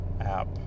app